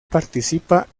participa